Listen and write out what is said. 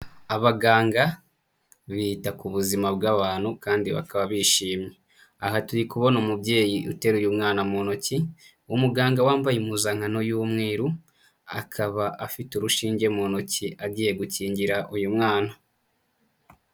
Abaganga bita ku buzima bw'abantu kandi bakaba bishimye aha. Aha turi kubona umubyeyi uteruye mwana mu ntoki, umuganga wambaye impuzankano y'umweru akaba afite urushinge mu ntoki agiye gukingira uyu mwana.